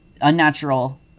unnatural